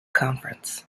conference